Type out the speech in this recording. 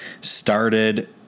started